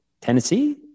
Tennessee